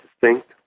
distinct